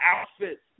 outfits